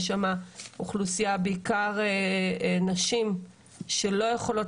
יש שמה אוכלוסייה בעיקר נשים שלא יכולות